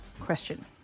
question